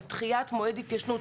על דחיית מועד ההתיישנות.